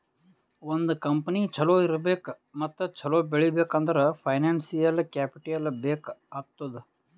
ಒಂದ್ ಕಂಪನಿ ಛಲೋ ಇರ್ಬೇಕ್ ಮತ್ತ ಛಲೋ ಬೆಳೀಬೇಕ್ ಅಂದುರ್ ಫೈನಾನ್ಸಿಯಲ್ ಕ್ಯಾಪಿಟಲ್ ಬೇಕ್ ಆತ್ತುದ್